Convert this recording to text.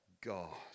God